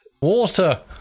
water